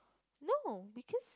no because